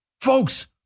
folks